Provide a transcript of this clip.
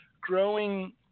growing